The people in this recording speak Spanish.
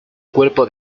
cuerpo